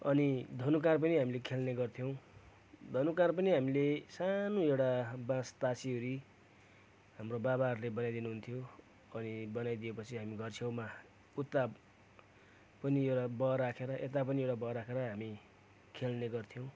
अनि धनुकाँड पनि हामीले खेल्ने गर्थ्यौँ धनुकाँड पनि हामीले सानो एउटा बाँस ताछिवरि हाम्रो बाबाहरूले बनाइदिनु हुन्थ्यो अनि बनाइदिएपछि हामी घर छेउमा उता पनि एउडा ब राखेर यता पनि ब राखेर हामी खेल्ने गर्थ्यौँ